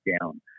down